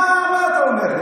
מה אתה אומר לי?